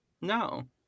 no